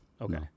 Okay